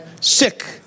Sick